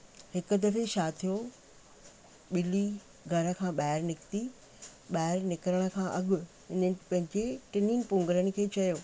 हिकु दफ़े छा थियो ॿिली घर खां ॿाहिरि निकिती ॿाहिरि निकिरण खां अॻु इन पंहिंजे टिनिनि पुंगड़नि खे चयो